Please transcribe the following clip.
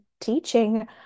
teaching